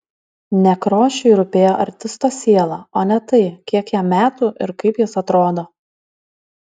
nekrošiui rūpėjo artisto siela o ne tai kiek jam metų ir kaip jis atrodo